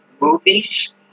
movies